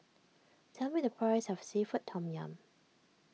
tell me the price of Seafood Tom Yum